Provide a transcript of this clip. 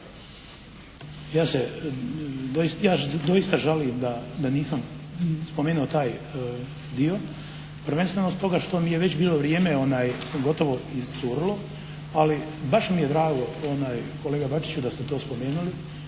Ja doista žalim da nisam spomenuo taj dio, prvenstveno stoga što mi je već bilo vrijeme gotovo iscurilo, ali baš mi je drago kolega Bačiću da ste to spomenuli.